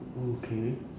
okay